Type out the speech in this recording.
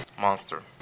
Monster